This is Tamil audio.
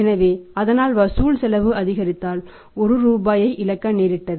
எனவே அதனால் வசூல் செலவு அதிகரித்ததால் 1 ரூபாயை இழக்க நேரிட்டது